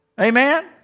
Amen